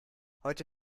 heute